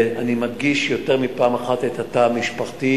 ואני מדגיש יותר מפעם אחת את התא המשפחתי: